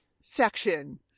section